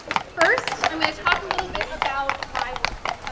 first, i'm going to talk a little bit about my work.